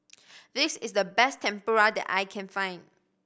this is the best Tempura that I can find